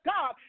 God